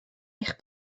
eich